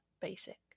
basic